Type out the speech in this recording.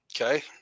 Okay